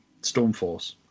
Stormforce